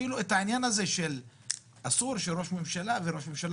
אפילו את העניין הזה שאסור שראש ממשלה או ראש ממשלה